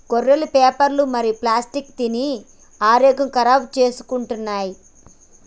గొర్రెలు పేపరు మరియు ప్లాస్టిక్ తిని ఆరోగ్యం ఖరాబ్ చేసుకుంటున్నయ్